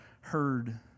heard